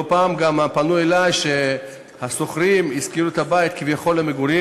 לא פעם גם פנו אלי משכירים שהשכירו את הבית למגורים,